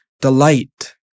delight